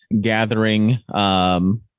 gathering